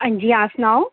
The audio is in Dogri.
हां जी हां सनाओ